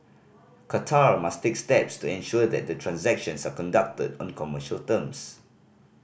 Qatar must take steps to ensure that the transactions are conducted on commercial terms